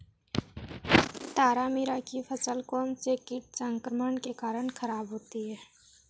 तारामीरा की फसल कौनसे कीट संक्रमण के कारण खराब होती है?